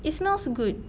it smells good